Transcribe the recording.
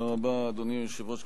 אדוני היושב-ראש,